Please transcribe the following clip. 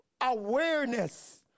awareness